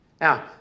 Now